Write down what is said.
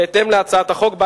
בהתאם להצעת החוק,